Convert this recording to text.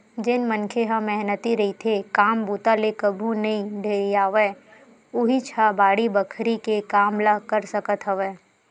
जेन मनखे ह मेहनती रहिथे, काम बूता ले कभू नइ ढेरियावय उहींच ह बाड़ी बखरी के काम ल कर सकत हवय